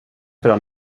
varann